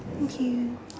okay